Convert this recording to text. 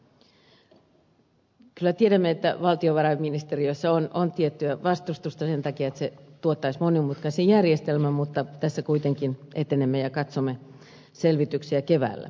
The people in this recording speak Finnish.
kyllä tiedämme että valtiovarainministeriössä on tiettyä vastustusta sen takia että se tuottaisi monimutkaisen järjestelmän mutta tässä kuitenkin etenemme ja katsomme selvityksiä keväällä